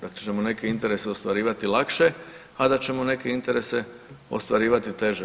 Zato ćemo neke interese ostvarivati lakše, a da ćemo neke interese ostvarivati teže.